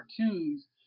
cartoons